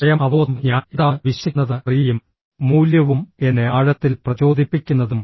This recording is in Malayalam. സ്വയം അവബോധംഃ ഞാൻ എന്താണ് വിശ്വസിക്കുന്നതെന്ന് അറിയുകയും മൂല്യവും എന്നെ ആഴത്തിൽ പ്രചോദിപ്പിക്കുന്നതും